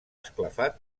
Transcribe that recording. esclafar